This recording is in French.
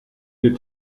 des